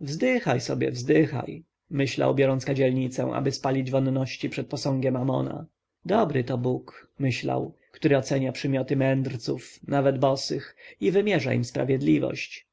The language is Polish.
wzdychaj sobie wzdychaj myślał biorąc kadzielnicę aby spalić wonności przed posągiem amona dobry to bóg myślał który ocenia przymioty mędrców nawet bosych i wymierza im sprawiedliwość